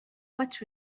what